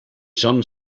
sun